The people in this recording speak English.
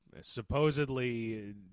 Supposedly